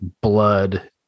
blood